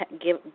give